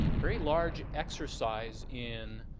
very large exercise in